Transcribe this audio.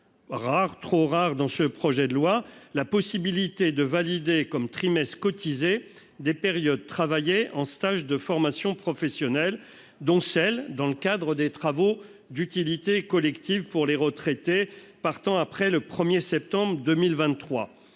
trop rares dans ce projet de loi : la possibilité de valider comme trimestres cotisés des périodes travaillées en stage de formation professionnelle, dont celles qui ont été effectuées dans le cadre des travaux d'utilité collective, pour les retraités partant après le 1 septembre 2023.